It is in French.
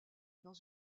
dans